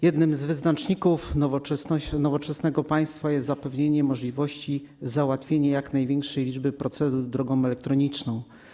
Jednym z wyznaczników nowoczesnego państwa jest zapewnienie możliwości wypełnienia jak największej liczby procedur drogą elektroniczną.